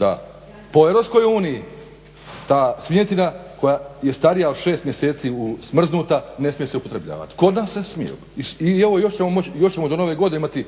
radi. Po Europskoj uniji ta svinjetina koja je starija od 6 mjeseci smrznuta ne smije se upotrebljavati, kod nas se smije i evo još ćemo do Nove Godine imati